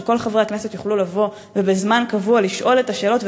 שכל חברי הכנסת יוכלו לבוא ובזמן קבוע לשאול את השאלות,